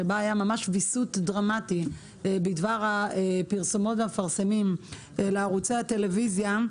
שבה היה ממש ויסות דרמטי בדבר הפרסומות והמפרסמים לערוצי הטלוויזיה,